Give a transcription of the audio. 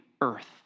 earth